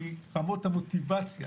כי כמות המוטיבציה